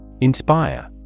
Inspire